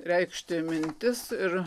reikšti mintis ir